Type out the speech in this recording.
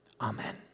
Amen